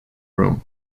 room